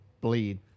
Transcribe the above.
bleed